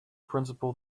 principle